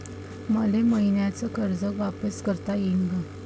मले मईन्याचं कर्ज वापिस करता येईन का?